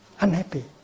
unhappy